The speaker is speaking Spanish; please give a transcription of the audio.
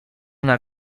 una